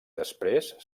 després